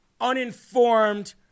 uninformed